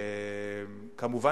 כמובן,